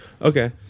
Okay